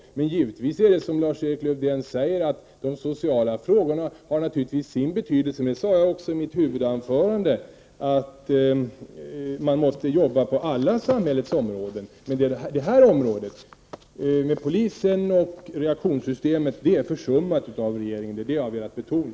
Men givetvis är det också så, som Lars-Erik Lövdén säger, att de sociala frågorna har sin betydelse. Jag sade också i mitt huvudanförande att man måste jobba på alla samhällets områden. Men det område som gäller polisen och reaktionssystemet är särskilt försummat av regeringen — det är det jag har velat betona.